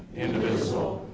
indivisible,